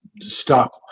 stop